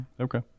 Okay